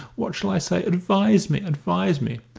what shall i say? advise me. advise me!